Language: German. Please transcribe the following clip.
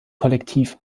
kollektiv